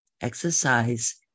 Exercise